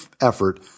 effort